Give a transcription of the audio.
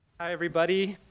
hi, everbody.